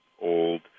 old